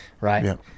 Right